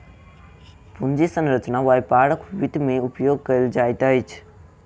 पूंजी संरचना व्यापारक वित्त में उपयोग कयल जाइत अछि